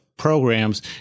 programs